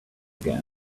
again